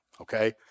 okay